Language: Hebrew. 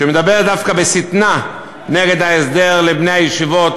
שמדבר דווקא בשטנה נגד ההסדר לבני הישיבות